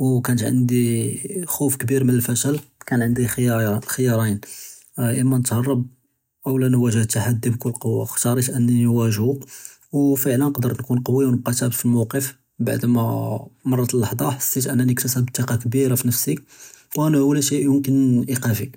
וכאנת ענד׳י ח׳וף כביר מן אלפשל כאן ענד׳י ח׳ייאר ח׳ייארין אמא נתערצ׳ אואלא נואעג׳ אלתח׳די בכול קווה ח׳תארית אני נואעג׳ו ופעלן קודרת נכון קוי ונבקא ת׳אבת פאלמוקף בעד מא אה מרת אללח׳טה ח׳סית אנהאני כתסבת ת׳קה כבירה פי נפסי ואנהו לא שי יומכנה איאקאפי.